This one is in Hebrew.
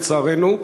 לצערנו,